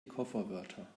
kofferwörter